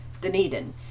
Dunedin